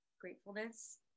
gratefulness